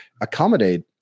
accommodate